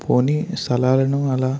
పోనీ స్థలాలను అలా